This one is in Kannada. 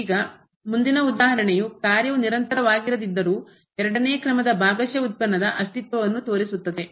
ಈಗ ಮುಂದಿನ ಉದಾಹರಣೆಯು ಕಾರ್ಯವು ನಿರಂತರವಾಗಿರದಿದ್ದರೂ ಎರಡನೇ ಕ್ರಮದ ಭಾಗಶಃ ಉತ್ಪನ್ನದ ಅಸ್ತಿತ್ವವನ್ನು ತೋರಿಸುತ್ತದೆ